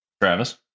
Travis